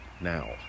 now